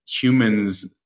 humans